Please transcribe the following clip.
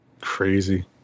crazy